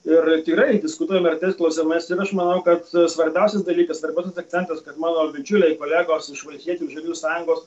ir tikrai diskutuojame ir tais klausimais ir aš manau kad svarbiausias dalykas svarbiausias akcentas kad mano bičiuliai kolegos iš valstiečių ir žaliųjų sąjungos